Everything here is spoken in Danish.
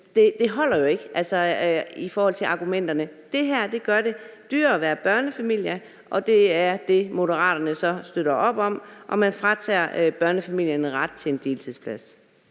det holder ikke i forhold til argumenterne. Det her gør det dyrere at være børnefamilie. Det er det, som Moderaterne så støtter op om, og man fratager børnefamilierne ret til en deltidsplads.